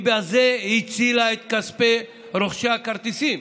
בזה היא הצילה את כספי רוכשי הכרטיסים.